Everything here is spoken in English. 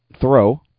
throw